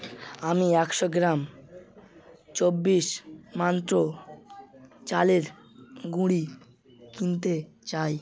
আমি একশো গ্রাম চব্বিশ মন্ত্র চালের গুঁড়ি কিনতে চাই